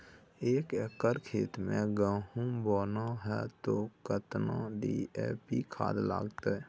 एक एकर खेत मे गहुम बोना है त केतना डी.ए.पी खाद लगतै?